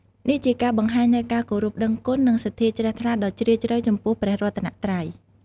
នេះជាការបង្ហាញនូវការគោរពដឹងគុណ និងសទ្ធាជ្រះថ្លាដ៏ជ្រាលជ្រៅចំពោះព្រះរតនត្រ័យ។